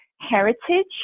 heritage